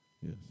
Yes